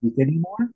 anymore